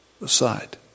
aside